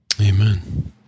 Amen